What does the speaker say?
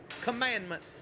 commandment